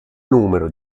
numero